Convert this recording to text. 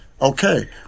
okay